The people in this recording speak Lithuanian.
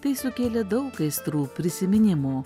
tai sukėlė daug aistrų prisiminimų